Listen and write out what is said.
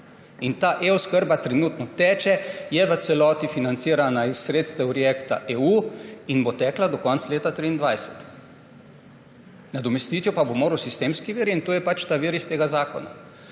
Ta e-oskrba trenutno teče. Je v celoti financirana iz sredstev React-EU in bo tekla do konca leta 2023, nadomestiti pa jo bo moral sistemski vir, in to je pač ta vir iz tega zakona.